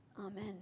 Amen